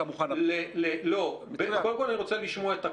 מוכן --- קודם כל אני רוצה לשמוע את הכל.